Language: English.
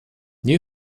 new